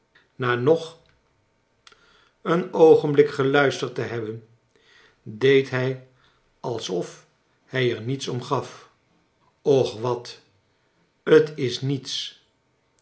na nog een oogenblik geluisterd te hebben deed hij alsof hij er niets om gaf och wat t is niets